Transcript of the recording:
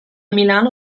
milano